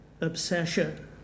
obsession